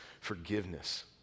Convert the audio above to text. forgiveness